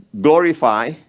glorify